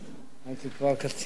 הייתי כבר קצין צעיר.